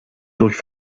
durch